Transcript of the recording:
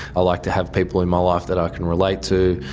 i like to have people in my life that i can relate to,